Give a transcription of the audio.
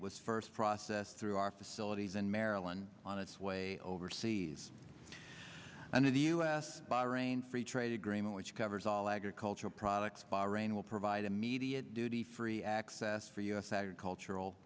was first processed through our facilities in maryland on its way overseas and in the us bahrain free trade agreement which covers all agricultural products bahrain will provide immediate duty free access for u s agricultural